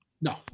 No